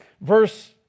Verse